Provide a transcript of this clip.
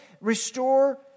Restore